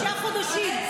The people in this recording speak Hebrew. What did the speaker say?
חמישה חודשים.